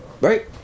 Right